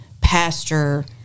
pastor